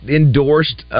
endorsed